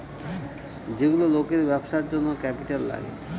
যেগুলো লোকের ব্যবসার জন্য ক্যাপিটাল লাগে